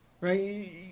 right